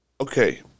Okay